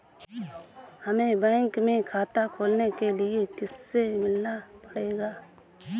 हमे बैंक में खाता खोलने के लिए किससे मिलना पड़ेगा?